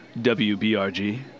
WBRG